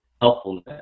helpfulness